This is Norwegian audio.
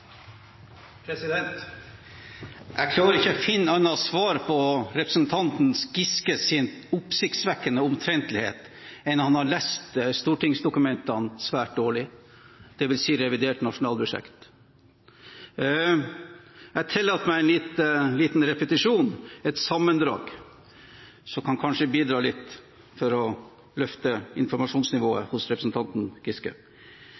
Jeg klarer ikke å finne et annet svar på representanten Giskes oppsiktsvekkende omtrentlighet enn at han har lest stortingsdokumentene svært dårlig – dvs. revidert nasjonalbudsjett. Jeg tillater meg en liten repetisjon, et sammendrag som kanskje kan bidra litt til å løfte informasjonsnivået hos representanten Giske.